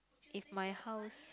if my house